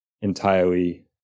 entirely